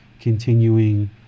continuing